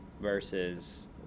versus